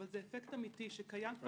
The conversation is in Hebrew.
אבל זה אפקט אמיתי שקיים כבר שנים.